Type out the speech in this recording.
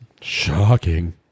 Shocking